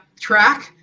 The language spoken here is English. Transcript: track